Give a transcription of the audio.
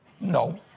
No